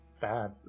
bad